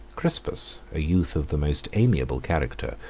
crispus, a youth of the most amiable character,